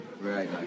Right